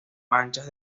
manchas